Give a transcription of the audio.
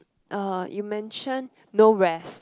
uh you mention no rest